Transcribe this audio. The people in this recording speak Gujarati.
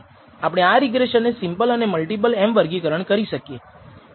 આપણે આ રિગ્રેસનને સીંપલ અને મલ્ટીપલ એમ વર્ગીકરણ કરી શકીએ